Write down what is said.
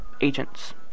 agents